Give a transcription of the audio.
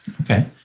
Okay